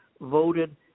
voted